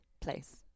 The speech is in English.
place